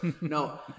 No